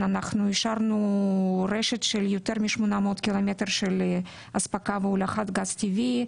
אנחנו אישרנו רשת של יותר מ-800 קילומטר של אספקה והולכת גז טבעי.